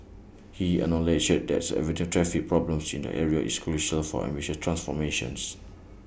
he acknowledged that averting traffic problems in the area is crucial for ambitious transformations